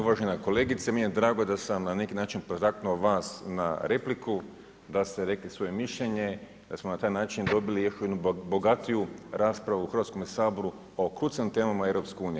Uvažena kolegice, meni je drago da sam na neki način potaknuo vas na repliku, da ste rekli svoje mišljenje, da smo na taj način dobili još jednu bogatiju raspravu u Hrvatskome saboru o ključnim temama EU.